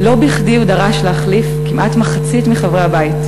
לא בכדי הוא דרש להחליף כמעט מחצית מחברי הבית.